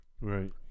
right